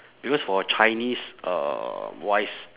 because for a chinese uh wise